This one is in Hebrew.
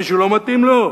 מישהו לא מתאים לו?